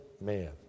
man